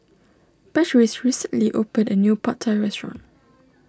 Patrice recently opened a new Pad Thai restaurant